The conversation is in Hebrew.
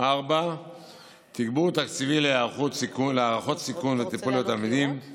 תגבור תקציבי להערכות סיכון וטיפול לתלמידים